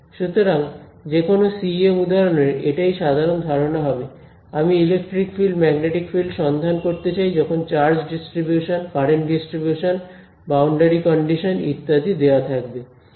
সুতরাং যে কোনও সিইএম উদাহরণের এটাই সাধারণ ধারণা হবে আমি ইলেকট্রিক ফিল্ড ম্যাগনেটিক ফিল্ড সন্ধান করতে চাই যখন charge distribution current distribution boundary condition ইত্যাদি দেওয়া থাকবে